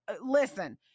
listen